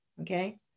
okay